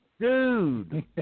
Dude